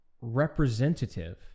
representative